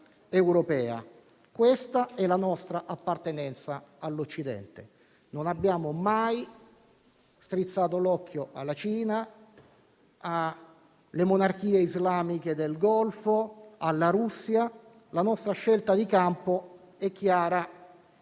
europea. Questa è la nostra appartenenza all'Occidente. Non abbiamo mai strizzato l'occhio alla Cina, alle monarchie islamiche del Golfo, alla Russia: la nostra scelta di campo è chiara e